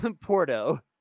porto